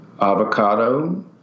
avocado